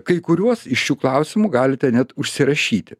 kai kuriuos iš šių klausimų galite net užsirašyti